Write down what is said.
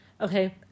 Okay